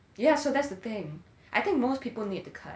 yeah so that's the thing I think most people need to cut